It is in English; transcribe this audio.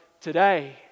today